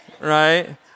Right